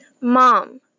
Mom